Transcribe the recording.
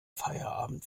feierabend